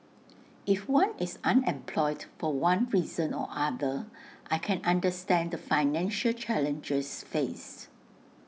if one is unemployed for one reason or other I can understand the financial challenges faced